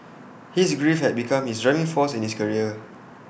his grief had become his driving force in his career